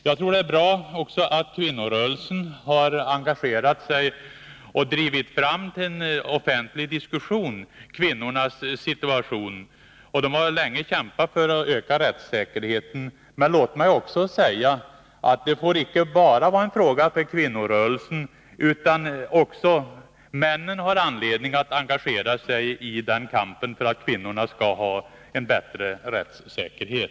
Jag tror vidare att det är bra att kvinnorörelsen har engagerat sig och drivit fram kvinnornas situation till offentlig diskussion. Kvinnorörelsen har länge kämpat för att öka kvinnornas rättssäkerhet, men låt mig säga att detta icke bara skall vara en fråga för kvinnorörelsen, utan också männen har anledning att engagera sig i kampen för att kvinnorna skall få en bättre rättssäkerhet.